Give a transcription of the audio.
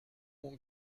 mon